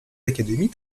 académies